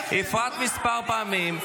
הפרעת מספר פעמים.